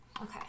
Okay